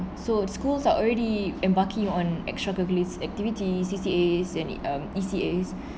so schools are already embarking on extra curricular activities C_C_As and um E_C_As